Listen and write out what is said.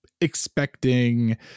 expecting